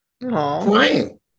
crying